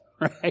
right